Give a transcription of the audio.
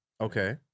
Okay